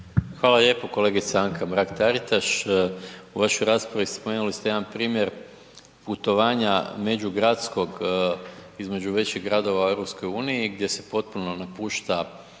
Hvala lijepo. Kolegice Anka Mrak Taritaš u vašoj raspravi imali ste jedan primjer putovanja međugradskog između većih gradova u EU gdje se potpuno napušta